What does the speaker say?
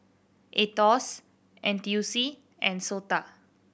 Aetos N T U C and SOTA